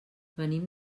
venim